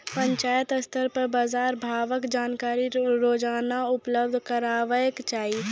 पंचायत स्तर पर बाजार भावक जानकारी रोजाना उपलब्ध करैवाक चाही?